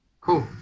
cool